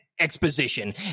exposition